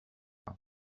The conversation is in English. out